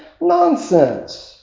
Nonsense